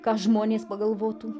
ką žmonės pagalvotų